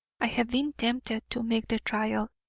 i have been tempted to make the trial,